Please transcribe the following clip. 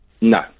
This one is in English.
No